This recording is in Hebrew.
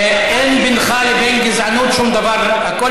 אין בינך לבין גזענות שום דבר, הכול